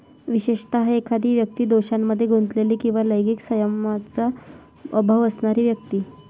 विशेषतः, एखादी व्यक्ती दोषांमध्ये गुंतलेली किंवा लैंगिक संयमाचा अभाव असणारी व्यक्ती